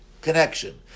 Connection